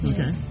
Okay